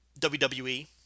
WWE